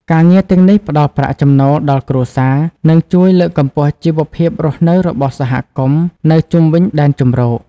ការងារទាំងនេះផ្តល់ប្រាក់ចំណូលដល់គ្រួសារ និងជួយលើកកម្ពស់ជីវភាពរស់នៅរបស់សហគមន៍នៅជុំវិញដែនជម្រក។